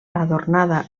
adornada